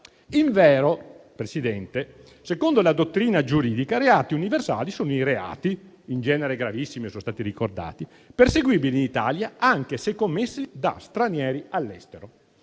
Invero, Presidente, secondo la dottrina giuridica, reati universali sono i reati, in genere gravissimi - sono stati ricordati - perseguibili in Italia anche se commessi da stranieri all'estero.